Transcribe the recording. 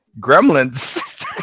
Gremlins